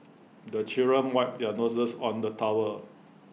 the children wipe their noses on the towel